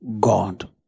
God